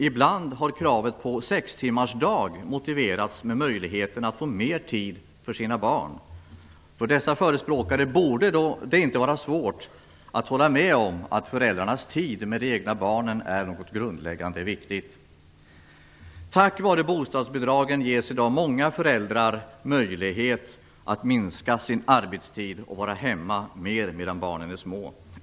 Ibland har kravet på sextimmarsdag motiverats med möjligheten att få mer tid till sina barn. För dessa förespråkare borde det inte vara svårt att hålla med om att föräldrarnas tid med de egna barnen är något grundläggande viktigt. Tack vare bostadsbidragen ges i dag många föräldrar möjlighet att minska sin arbetstid och vara hemma mer medan barnen är små.